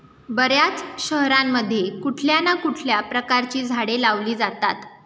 बर्याच शहरांमध्ये कुठल्या ना कुठल्या प्रकारची झाडे लावली जातात